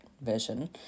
version